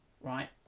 right